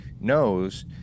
knows